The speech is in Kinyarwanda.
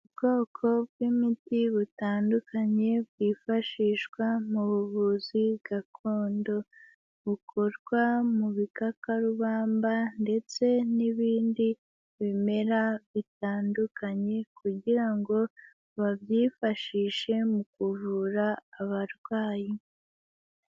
Ubwoko bw'imiti butandukanye bwifashishwa mu buvuzi gakondo, bukorwa mu bikakarubamba ndetse n'ibindi bimera bitandukanye kugira ngo babyifashishe mu kuvura abarwayi.